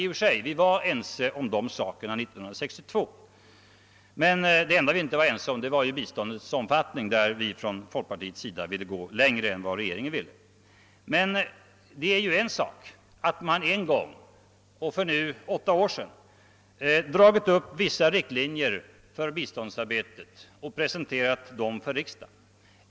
Vi var eniga om dessa ting 1962. Det enda vi inte var eniga om var biståndsinsatsernas omfattning; där ville vi inom folkpartiet gå längre än regeringen. Men det är en sak att man en gång — för nu åtta år sedan — dragit upp vissa riktlinjer för biståndsarbetet och presenterat dem för riksdagen.